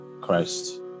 Christ